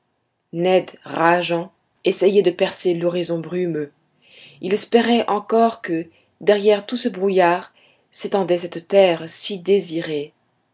ned rageant essayait de percer l'horizon brumeux il espérait encore que derrière tout ce brouillard s'étendait cette terre si désirée